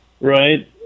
Right